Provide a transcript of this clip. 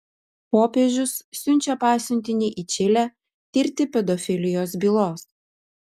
popiežius siunčia pasiuntinį į čilę tirti pedofilijos bylos